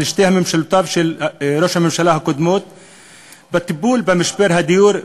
שתי ממשלותיו הקודמות של ראש הממשלה בטיפול במשבר הדיור,